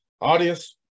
Audience